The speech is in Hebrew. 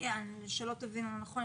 שלא תבינו לא נכון,